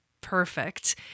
perfect